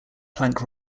plank